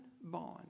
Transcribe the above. bond